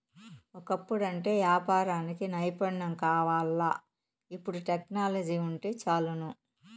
ఒకప్పుడంటే యాపారానికి నైపుణ్యం కావాల్ల, ఇపుడు టెక్నాలజీ వుంటే చాలును